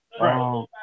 right